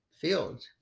field